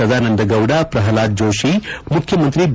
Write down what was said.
ಸದಾನಂದ ಗೌಡ ಪ್ರಲ್ನಾದ್ ಜೋಷಿ ಮುಖ್ಯಮಂತ್ರಿ ಬಿ